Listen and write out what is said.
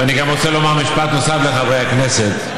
ואני גם רוצה לומר משפט נוסף לחברי הכנסת: